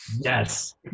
Yes